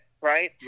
right